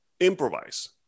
improvise